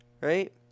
right